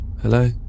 Hello